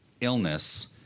illness